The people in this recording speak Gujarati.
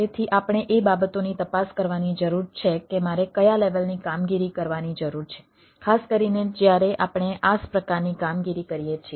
તેથી આપણે એ બાબતોની તપાસ કરવાની જરૂર છે કે મારે કયા લેવલની કામગીરી કરવાની જરૂર છે ખાસ કરીને જ્યારે આપણે IaaS પ્રકારની કામગીરી કરીએ છીએ